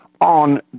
on